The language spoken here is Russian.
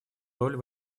роль